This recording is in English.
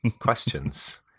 questions